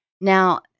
now